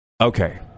Okay